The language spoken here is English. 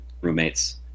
roommates